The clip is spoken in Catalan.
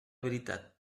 veritat